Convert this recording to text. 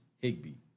Higby